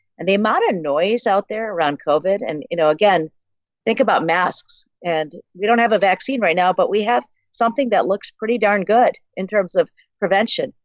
and the amount of noise out there around covid and you know again think about masks and we don't have a vaccine right now but we have something that looks pretty darn good in terms of prevention.